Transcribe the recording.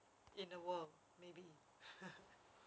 in the world maybe